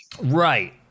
Right